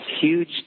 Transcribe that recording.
huge